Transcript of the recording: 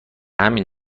همین